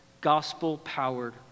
gospel-powered